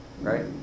Right